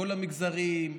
כל המגזרים,